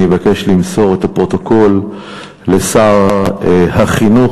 ואני אבקש למסור את הפרוטוקול לשר החינוך,